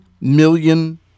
million